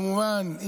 כמובן,